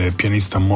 pianista